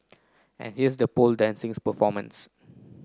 and here's the pole dancing performances